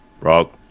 Rock